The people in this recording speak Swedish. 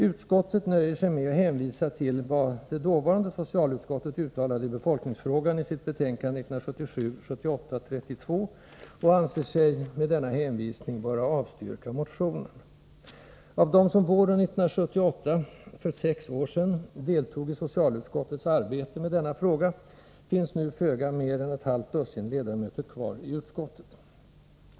Utskottet nöjer sig med att hänvisa till vad det dåvarande socialutskottet uttalade i befolkningsfrågan i sitt betänkande 1977/78:32 och anser sig med denna hänvisning böra avstyrka motionen. Av dem som våren 1978 — för sex år sedan — deltog i socialutskottets arbete med denna fråga finns nu föga mer än ett halvt dussin ledamöter kvar i utskottet.